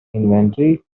inventory